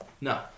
No